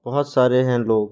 बहुत सारे हैं लोग